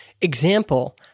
Example